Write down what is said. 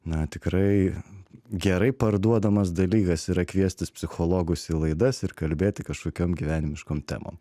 na tikrai gerai parduodamas dalykas yra kviestis psichologus į laidas ir kalbėti kažkokiom gyvenimiškom temom